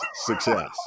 success